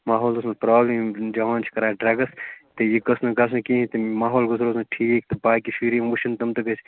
ماحولس منٛز پرٛابلِم یِم جوان چھِ کَران ڈرٛگٕس تہٕ یہِ گوٚژھ نہٕ گژھُن کِہیٖنٛۍ تہٕ ماحول گوٚژھ روزُن ٹھیٖک تہٕ باقٕے شُرۍ یِم وُچھان تِم تہِ گٔژھۍ